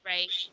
Right